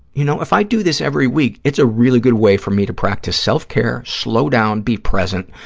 you know, if i do this every week, it's a really good way for me to practice self-care, slow down, be present,